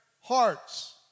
hearts